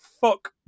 fuck